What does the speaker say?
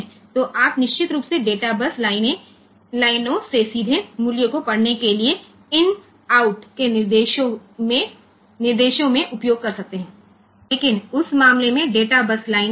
तो आप निश्चित रूप से डेटा बस लाइनों से सीधे मूल्यों को पढ़ने के लिए इन आउट के निर्देशों को उपयोग कर सकते हैं लेकिन उस मामले में डेटा बस लाइनें हैंग कर रही हैं